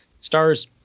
Stars